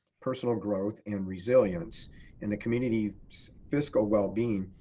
personal growth and resilience in the community's fiscal wellbeing,